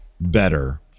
better